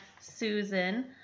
Susan